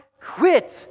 quit